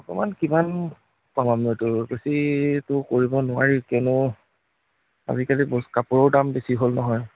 অকণমান কিমান কমামনো এইটো বেছি এইটো কৰিব নোৱাৰি কিনো আজিকালি বস্ কাপোৰৰো দাম বেছি হ'ল নহয়